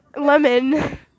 Lemon